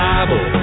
Bible